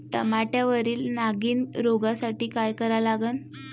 टमाट्यावरील नागीण रोगसाठी काय करा लागन?